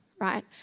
right